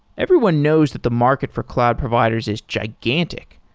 everyone knows that the market for cloud providers is gigantic,